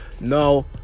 no